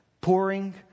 Pouring